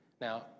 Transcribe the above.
Now